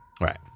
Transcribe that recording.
Right